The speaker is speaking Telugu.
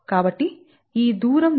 కాబట్టి ఈ దూరం నుండి 2